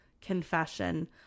confession